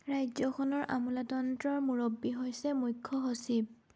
ৰাজ্যখনৰ আমোলাতন্ত্ৰৰ মূৰব্বী হৈছে মূখ্য সচিব